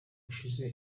ushize